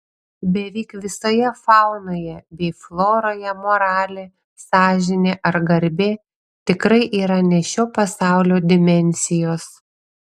beveik visoje faunoje bei floroje moralė sąžinė ar garbė tikrai yra ne šio pasaulio dimensijos